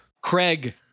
Craig